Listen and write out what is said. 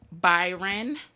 Byron